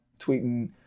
tweeting